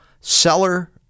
Seller